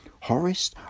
Horace